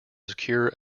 secure